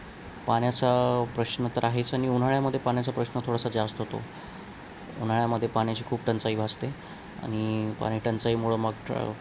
पाण्याचा प्रश्न तर आहेच आणि उन्हाळ्यामध्ये पाण्याचा प्रश्न थोडासा जास्त होतो उन्हाळ्यामध्ये पाण्याची खूप टंचाई भासते आणि पाणी टंचाईमुळं मग ट्र